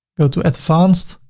go to advanced.